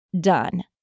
done